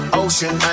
ocean